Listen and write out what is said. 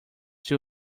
too